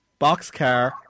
boxcar